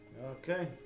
Okay